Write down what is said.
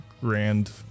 grand